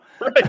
Right